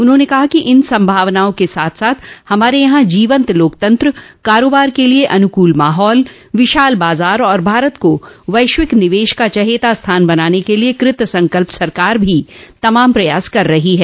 उन्होंने कहा कि इन संभावनाओं के साथ साथ हमारे यहां जीवंत लोकतंत्र कारोबार के लिए अनुकूल माहौल विशाल बाजार और भारत को वैश्विक निवेश का चहेता स्थान बनाने के लिए कृतसंकल्प सरकार भी तमाम प्रयास कर रही है